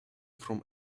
from